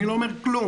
אני לא אומר כלום,